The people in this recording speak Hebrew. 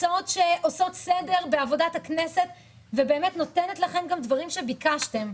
בהצעות שעושות סדר בעבודת הכנסת ונותנות לכם גם דברים שביקשתם.